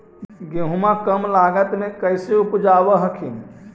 गेहुमा कम लागत मे कैसे उपजाब हखिन?